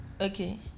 Okay